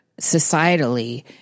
societally